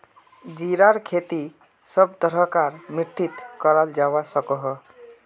जीरार खेती सब तरह कार मित्तित कराल जवा सकोह